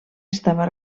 estava